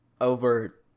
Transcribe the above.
over